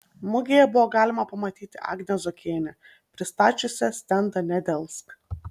mugėje galima buvo pamatyti agnę zuokienę pristačiusią stendą nedelsk